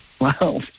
Wow